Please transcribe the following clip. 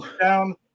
down